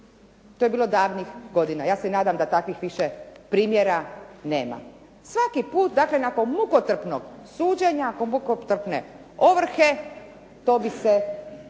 To je bilo davnih godina. Ja se nadam da takvih više primjera nema. Svaki put dakle nakon mukotrpnog suđenja, mukotrpne ovrhe to bi se